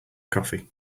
coffee